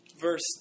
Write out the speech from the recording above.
verse